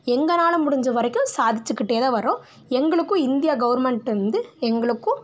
எங்களால முடிஞ்ச வரைக்கும் சாதித்துக்கிட்டே தான் வரோம் எங்களுக்கும் இந்திய கவர்மெண்ட் வந்து எங்களுக்கும்